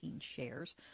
shares